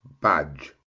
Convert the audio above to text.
badge